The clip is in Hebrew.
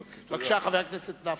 בבקשה, חבר הכנסת נפאע.